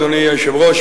אדוני היושב-ראש,